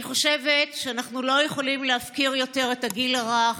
אני חושבת שאנחנו לא יכולים להפקיר יותר את הגיל הרך,